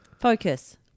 Focus